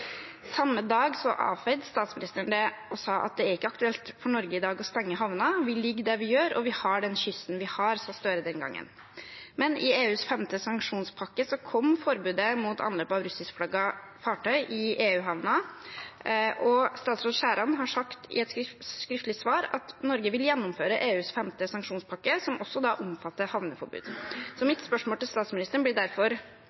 Samme dag avfeide statsministeren det. «Det er ikke aktuelt for Norge i dag å stenge havner. Vi ligger der vi gjør og har den kysten vi har», sa Støre den gangen. Men i EUs femte sanksjonspakke kom forbudet mot anløp av russiskflaggede fartøy i EU-havner, og statsråd Skjæran har sagt i et skriftlig svar at Norge vil gjennomføre EUs femte sanksjonspakke, som også omfatter havneforbud.